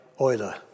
Euler